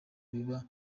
biba